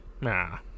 nah